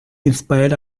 inspired